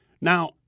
Now